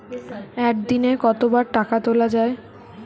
একদিনে কতবার টাকা তোলা য়ায়?